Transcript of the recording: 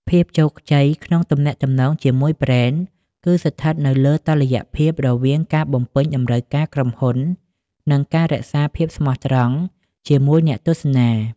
ភាពជោគជ័យក្នុងទំនាក់ទំនងជាមួយប្រេន គឺស្ថិតនៅលើតុល្យភាពរវាងការបំពេញតម្រូវការក្រុមហ៊ុន និងការរក្សាភាពស្មោះត្រង់ជាមួយអ្នកទស្សនា។